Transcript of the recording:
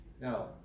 Now